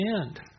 end